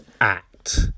act